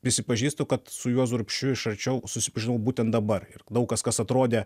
prisipažįstu kad su juozu urbšiu iš arčiau susipažinau būtent dabar daug kas kas atrodė